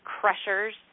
crushers